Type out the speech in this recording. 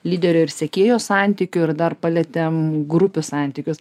lyderio ir sekėjo santykių ir dar palietėm grupių santykius